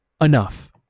enough